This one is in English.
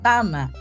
Tama